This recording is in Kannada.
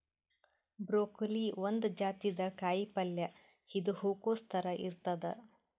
ಬ್ರೊಕೋಲಿ ಒಂದ್ ಜಾತಿದ್ ಕಾಯಿಪಲ್ಯ ಇದು ಹೂಕೊಸ್ ಥರ ಇರ್ತದ್